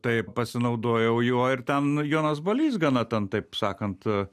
tai pasinaudojau juo ir ten jonas balys gana ten taip sakant